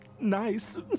nice